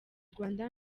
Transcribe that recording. rwanda